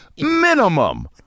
Minimum